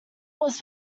was